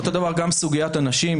אותו דבר גם סוגיית הנשים.